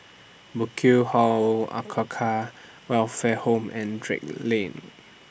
Burkill Hall Welfare Home and Drake Lane